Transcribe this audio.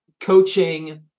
coaching